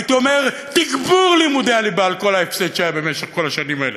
הייתי אומר: תגבור לימודי הליבה על כל ההפסד שהיה במשך כל השנים האלה.